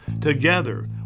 Together